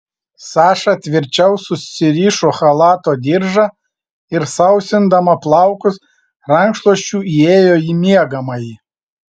saša tvirčiau susirišo chalato diržą ir sausindama plaukus rankšluosčiu įėjo į miegamąjį